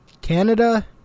Canada